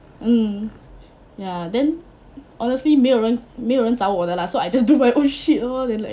mm ya then honestly 没有人没有人找我的 lah so I just do my oh shit lor then like